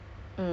so